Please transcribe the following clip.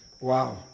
Wow